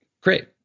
Great